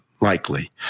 likely